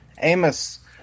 Amos